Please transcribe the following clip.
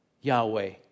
Yahweh